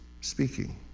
speaking